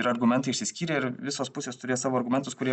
ir argumentai išsiskyrė ir visos pusės turės savo argumentus kurie